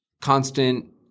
constant